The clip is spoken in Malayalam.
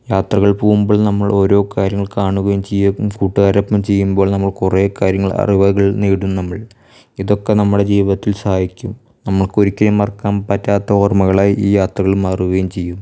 യാത്രകൾ പോവുമ്പോൾ നമ്മൾ ഓരോ കാര്യങ്ങൾ കാണുകയും ചെയ്യും കൂട്ടുകാരുമൊത്ത് ചെയ്യുമ്പോൾ നമുക്ക് കുറേ കാര്യങ്ങൾ അറിവുകൾ നേടും നമ്മൾ ഇതൊക്കെ നമ്മടെ ജീവിതത്തിൽ സഹായിക്കും നമ്മക്കൊരിക്കലും മറക്കാൻ പറ്റാത്ത ഓർമ്മകളായി ഈ യാത്രകൾ മാറുകയും ചെയ്യും